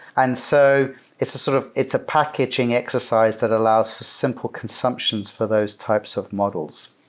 and so it's sort of it's a packaging exercise that allows for simple consumptions for those types of models,